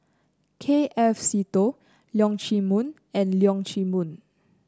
K F Seetoh Leong Chee Mun and Leong Chee Mun